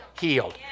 healed